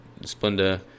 Splenda